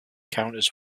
counters